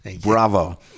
Bravo